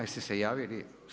Jeste se javili?